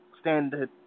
standard